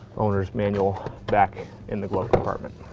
owner's manual back in the glove compartment.